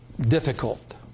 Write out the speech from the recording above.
difficult